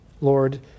Lord